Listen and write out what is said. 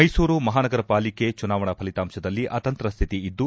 ಮೈಸೂರು ಮಹಾನಗರ ಪಾಲಿಕೆ ಚುನಾವಣಾ ಫಲಿತಾಂಶದಲ್ಲಿ ಅತಂತ್ರ ಸ್ಥಿತಿ ಇದ್ದು